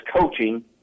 coaching